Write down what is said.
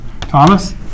Thomas